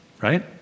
right